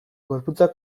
gorputzak